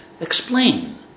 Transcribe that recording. Explain